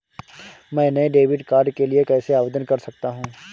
मैं नए debit card के लिए कैसे आवेदन कर सकता हूँ?